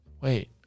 wait